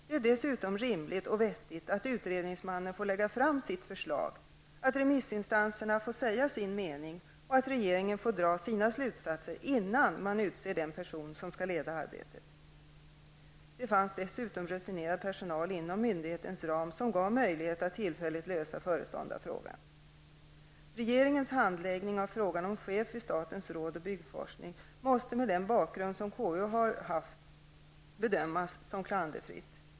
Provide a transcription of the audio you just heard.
Det är dessutom rimligt och vettigt att utredningsmannen får lägga fram sitt förslag, att remissinstanserna får säga sin mening och att regeringen får dra sina slutsatser innan man utser den person som skall leda arbetet. Det fanns dessutom rutinerad personal inom myndighetens ram som gav möjlighet att tillfälligt lösa föreståndarfrågan. Regeringens handläggning av frågan om chef för statens råd för byggforskning måste, med den bakgrund som KU har haft, bedömas som klanderfritt.